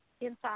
inside